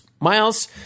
Miles